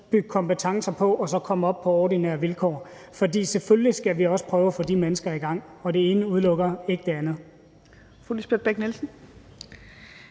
bygge kompetencer på og så komme op på ordinære vilkår. For selvfølgelig skal vi også prøve at få de mennesker i gang, og det ene udelukker ikke det andet.